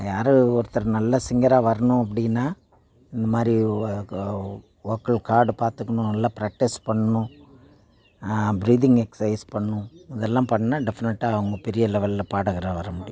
யாரு ஒருத்தர் நல்ல சிங்கராக வரணும் அப்படின்னா இந்த மாதிரி வோக்கல் கார்டை பார்த்துக்கணும் நல்லா ப்ராக்டிஸ் பண்ணணும் ப்ரீத்திங் எக்ஸசைஸ் பண்ணணும் இதெல்லாம் பண்ணால் டெஃபனட்டாக அவங்க பெரிய லெவலில் பாடகராக வர முடியும்